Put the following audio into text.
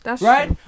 right